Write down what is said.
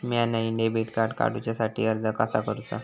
म्या नईन debit card काडुच्या साठी अर्ज कसा करूचा?